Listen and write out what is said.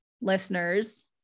listeners